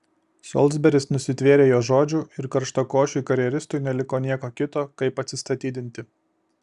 solsberis nusitvėrė jo žodžių ir karštakošiui karjeristui neliko nieko kito kaip atsistatydinti